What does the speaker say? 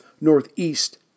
northeast